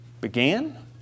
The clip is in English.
began